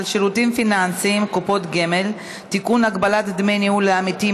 הוספת מסגדים לשירותים ציבוריים שנקבעו לגביהם תעריפי מים מופחתים),